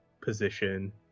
position